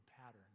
pattern